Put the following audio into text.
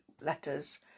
letters